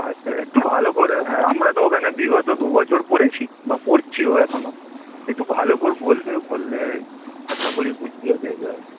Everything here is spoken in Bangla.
আচ্ছা একটু ভালো করে হ্যাঁ আমরা তো ওখানে বিগত দু বছর পড়েছি বা পড়ছিও এখনও একটু ভালো করে বলবে বললে আশা করি বুঝিয়ে দেবে আর কি